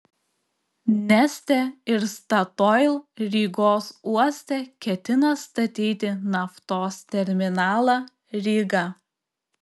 neste ir statoil rygos uoste ketina statyti naftos terminalą ryga